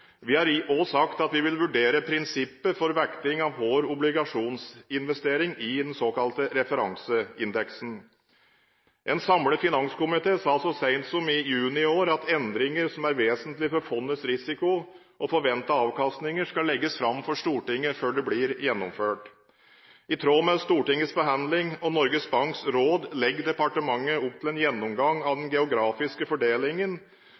Vi har også sagt at vi vil vurdere prinsippet for vekting av hver obligasjonsinvestering i den såkalte referanseindeksen. En samlet finanskomité sa så sent som i juni i år at endringer som er vesentlige for fondets risiko og forventede avkastninger, skal legges fram for Stortinget før de blir gjennomført. I tråd med Stortingets behandling og Norges Banks råd legger departementet opp til en gjennomgang av den geografiske fordelingen